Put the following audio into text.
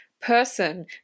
person